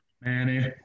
Manny